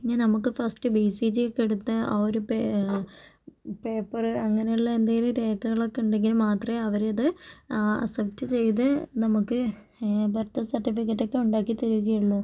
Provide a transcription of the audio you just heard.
പിന്നെ നമുക്ക് first B C ജിയൊക്കെ എടുത്ത ആ ഒരു പേ പേപ്പർ അങ്ങനെയുള്ള എന്തെങ്കിലും രേഖകളൊക്കെ ഉണ്ടെങ്കിൽ മാത്രമേ അവരത് എക്സെപ്റ്റ് ചെയ്ത് നമുക്ക് ബർത്ത് സർട്ടിഫിക്കറ്റൊക്കെ ഉണ്ടാക്കി തരികയുള്ളൂ